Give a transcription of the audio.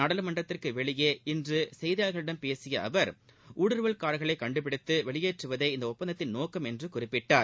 நாடாளுமன்றத்துக்கு வெளியே இன்று செய்தியாளர்களிடம் பேசிய அவர் ஊடுறுவல்காரர்களை கண்டுபிடித்து வெளியேற்றுவதே இந்த ஒப்பந்தத்தின் நோக்கம் என்று குறிப்பிட்டார்